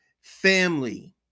Family